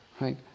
right